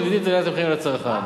מודדים את עליית המחירים לצרכן,